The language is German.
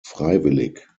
freiwillig